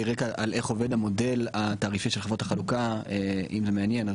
אולי רקע על איך עובד המודל התעריפי של חברות החלוקה אם זה מעניין,